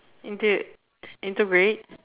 inte~ integrate